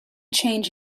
change